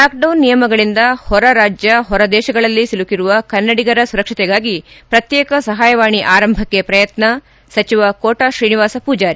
lockdown ನಿಯಮಗಳಿಂದ ಹೊರ ರಾಜ್ಯ ಹೊರ ದೇಶಗಳಲ್ಲಿ ಸಿಲುಕಿರುವ ಕನ್ನಡಿಗರ ಸುರಕ್ಷತೆಗಾಗಿ ಪ್ರತ್ಯೇಕ ಸಹಾಯವಾಣಿ ಆರಂಭಕ್ಕೆ ಪ್ರಯತ್ನ ಸಚಿವ ಕೋಟಾ ಶ್ರೀನಿವಾಸ ಪೂಜಾರಿ